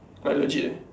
quite legit